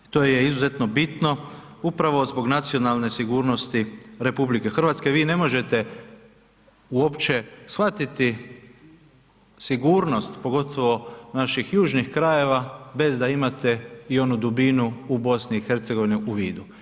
To je izuzetno bitno upravo zbog nacionalne sigurnosti, vi ne možete uopće shvatiti sigurnost pogotovo naših južnih krajeva bez da imate i onu dubinu u BiH-u u vidu.